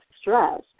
stress